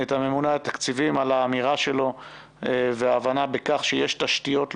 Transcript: את הממונה על התקציבים על האמירה שלו והבנה בכך שיש תשתיות לאומיות,